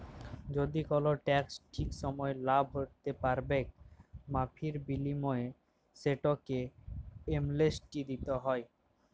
যদি কল টেকস ঠিক সময়ে লা ভ্যরতে প্যারবেক মাফীর বিলীময়ে টেকস এমলেসটি দ্যিতে হ্যয়